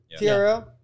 TRL